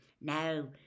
No